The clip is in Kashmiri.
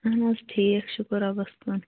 اَہَن حظ ٹھیٖک شُکُر رۅبَس کُن